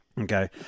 Okay